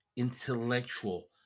intellectual